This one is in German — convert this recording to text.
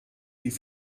die